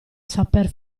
sapere